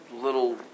little